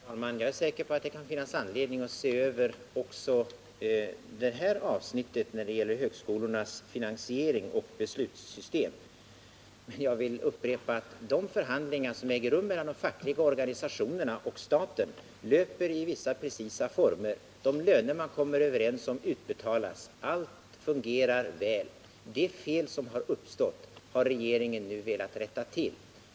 Herr talman! Jag är säker på att det kan finnas anledning att se över också det här avsnittet när det gäller högskolornas finansiering och beslutssystem. Men jag vill upprepa att de förhandlingar som äger rum mellan de fackliga organisationerna och staten löper i vissa precisa former. De löner man kommer överens om utbetalas — allt fungerar väl. Det fel som uppstått har regeringen nu velat rätta till.